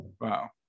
wow